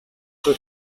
kuba